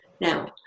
Now